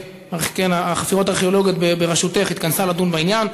החפירות הארכיאולוגיות בראשותך התכנסה לדון בעניין?